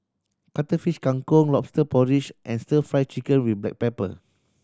Cuttlefish Kang Kong Lobster Porridge and Stir Fry Chicken with black pepper